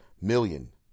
million